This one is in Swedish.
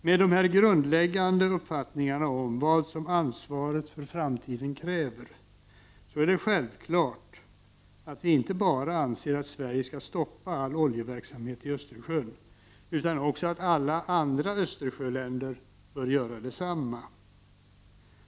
Med dessa grundläggande uppfattningar om vad ansvaret inför framtiden kräver är det självklart att vi inte bara anser att Sverige skall stoppa all oljeverksamhet i Östersjön, utan att alla andra Östersjöländer bör göra detsamma.